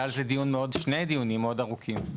היו על זה שני דיונים מאוד ארוכים.